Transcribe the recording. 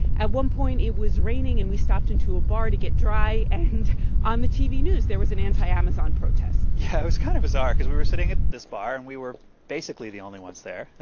at one point, it was raining, and we stopped into a bar to get dry. and on the tv news, there was an anti-amazon protest yeah, it was kind of bizarre because we were sitting at this bar, and we were basically the only ones there.